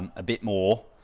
a bit more.